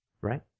right